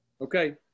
Okay